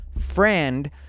friend